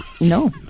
no